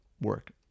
work